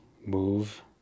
move